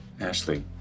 Ashley